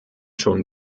schon